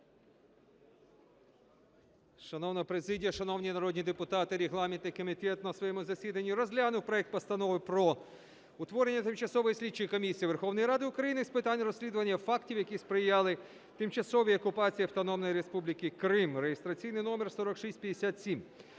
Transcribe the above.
Шановна президія, шановні народні депутати! Регламентний комітет на своєму засіданні розглянув проект Постанови про утворення Тимчасової слідчої комісії Верховної Ради України з питань розслідування фактів, які сприяли тимчасовій окупації Автономної Республіки Крим (реєстраційний номер 4657).